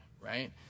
right